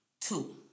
Two